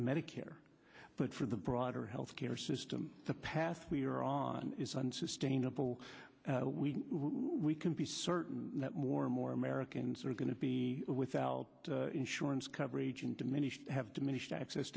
here but for the broader health care system to pass we're on is unsustainable we we can be certain that more and more americans are going to be without insurance coverage and diminished have diminished access